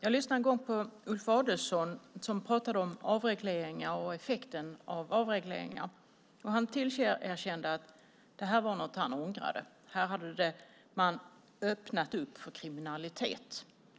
Jag lyssnade en gång på Ulf Adelsohn som pratade om avregleringar och effekten av dessa. Han erkände att det var något han ångrade, att man hade öppnat för kriminalitet.